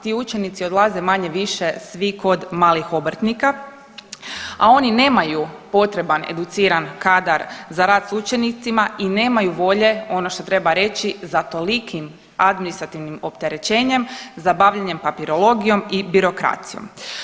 Ti učenici odlaze manje-više svi kod malih obrtnika, a oni nemaju potreban educiran kadar za rad s učenicima i nemaju volje ono što treba reći za tolikim administrativnim opterećenjem, za bavljenjem papirologijom i birokracijom.